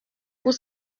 pour